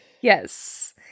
Yes